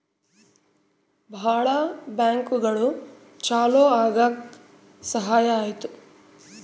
ಭಾಳ ಬ್ಯಾಂಕ್ಗಳು ಚಾಲೂ ಆಗಕ್ ಸಹಾಯ ಆಯ್ತು